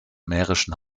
mährischen